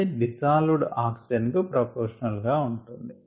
అది dissolved oxygen కు proportional గా ఉంటుంది